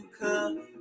come